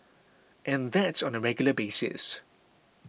and that's on a regular basis